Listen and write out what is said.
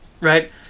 right